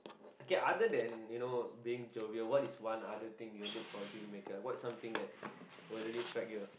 okay other than you know being jovial what is one other thing you will look for a dealmaker what something that will really strike you ah